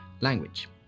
language